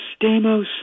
Stamos